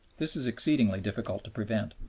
this is exceedingly difficult to prevent.